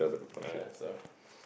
alright so